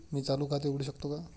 मी चालू खाते उघडू शकतो का?